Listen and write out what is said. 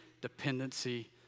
dependency